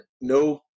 no